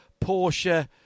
Porsche